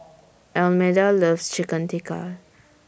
Almeda loves Chicken Tikka